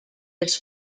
was